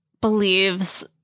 believes